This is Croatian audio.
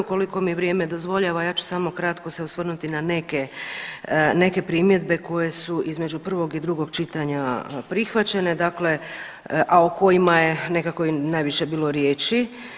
Ukoliko mi vrijeme dozvoljava ja ću samo kratko se osvrnuti na neke primjedbe koje su između prvog i drugog čitanja prihvaćene, a o kojima je nekako i najviše bilo riječi.